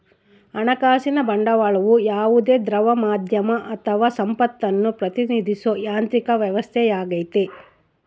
ಹಣಕಾಸಿನ ಬಂಡವಾಳವು ಯಾವುದೇ ದ್ರವ ಮಾಧ್ಯಮ ಅಥವಾ ಸಂಪತ್ತನ್ನು ಪ್ರತಿನಿಧಿಸೋ ಯಾಂತ್ರಿಕ ವ್ಯವಸ್ಥೆಯಾಗೈತಿ